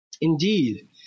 indeed